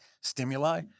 stimuli